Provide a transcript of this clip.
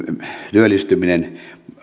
työllistyminen